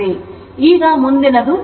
ಈಗ ಮುಂದಿನದು ಈ ಭಾಗ